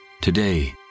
Today